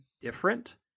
different